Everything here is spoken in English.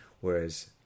Whereas